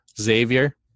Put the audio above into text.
Xavier